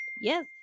Yes